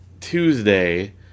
Tuesday